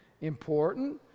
important